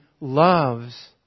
loves